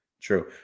true